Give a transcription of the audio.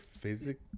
physics